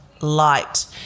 light